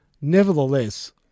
Nevertheless